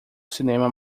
cinema